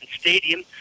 Stadium